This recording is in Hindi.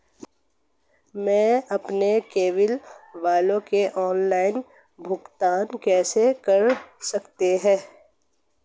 मैं अपने केबल बिल का ऑनलाइन भुगतान कैसे कर सकता हूं?